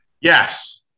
Yes